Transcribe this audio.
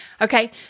Okay